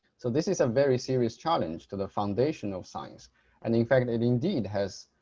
so this is a very serious challenge to the foundation of science and in fact it indeed has